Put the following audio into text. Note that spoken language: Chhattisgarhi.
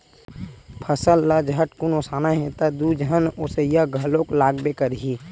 फसल ल झटकुन ओसाना हे त दू झन ओसइया घलोक लागबे करही